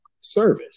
service